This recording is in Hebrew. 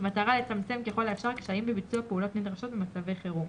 במטרה לצמצם ככל האפשר קשיים בביצוע פעולות נדרשות במצבי חירום.